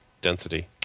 density